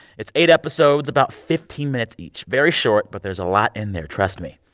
it's eight episodes, about fifteen minutes each very short. but there's a lot in there, trust me.